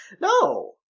No